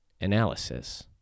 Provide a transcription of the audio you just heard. analysis